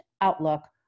outlook